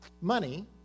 money